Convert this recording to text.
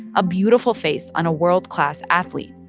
a beautiful face on a world-class athlete.